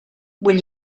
will